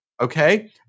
Okay